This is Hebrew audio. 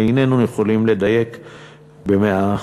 איננו יכולים לדייק ב-100%.